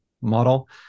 model